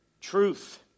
truth